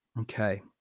Okay